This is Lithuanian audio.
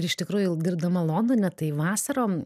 ir iš tikrųjų dirbdama londone tai vasarom